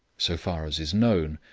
so far as is known,